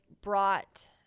brought